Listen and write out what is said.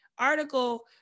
article